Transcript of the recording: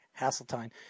Hasseltine